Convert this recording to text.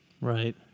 Right